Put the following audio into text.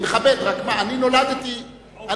אני מכבד, רק מה, אני נולדתי יהודי.